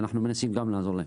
אנחנו מנסים גם לעזור להם.